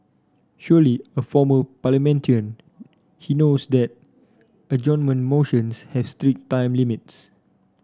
surely a former parliamentarian he knows that adjournment motions have strict time limits